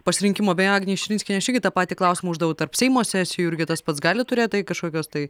pasirinkimo beje agnei širinskienei aš irgi tą patį klausimą uždaviau tarp seimo sesijų irgi tas pats gali turėt kažkokios tai